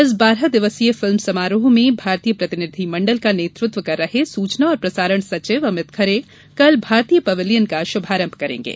इस बारह दिवसीय फिल्म समारोह में भारतीय प्रतिनिधिमण्डल का नेतृत्व कर रहे सूचना और प्रसारण सचिव अमित खरे कल भारतीय पवेलियन का शुभारंभ करेंगे